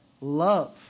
Love